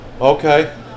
Okay